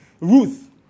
Ruth